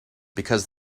because